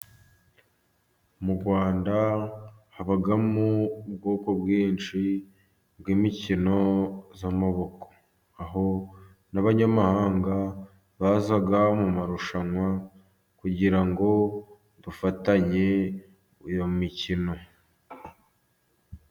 Mu Rwanda habamo ubwoko bwinshi bw'imikino y'amaboko, aho n'abanyamahanga baza mu marushanwa kugira ngo dufatanye iyo mikino.